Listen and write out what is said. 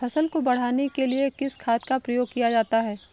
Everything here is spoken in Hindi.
फसल को बढ़ाने के लिए किस खाद का प्रयोग किया जाता है?